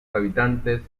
habitantes